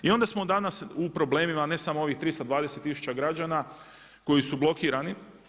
I onda smo danas u problemima ne samo ovih 320 tisuća građana koji su blokirani.